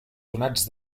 donats